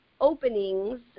openings